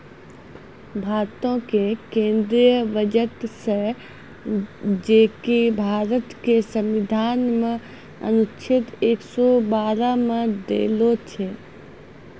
भारतो के केंद्रीय बजट जे कि भारत के संविधान मे अनुच्छेद एक सौ बारह मे देलो छै